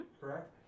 correct